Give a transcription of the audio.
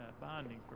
bonding